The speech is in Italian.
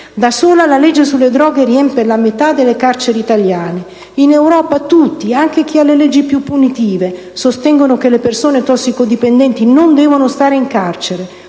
Da sola, la legge sulle droghe riempie la metà delle carceri italiane. In Europa tutti - anche chi ha le leggi più punitive - sostengono che le persone tossicodipendenti non devono stare in carcere.